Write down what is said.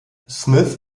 smith